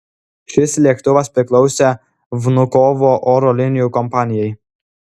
šis lėktuvas priklausė vnukovo oro linijų kompanijai